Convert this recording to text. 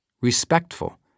respectful